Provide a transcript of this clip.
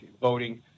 voting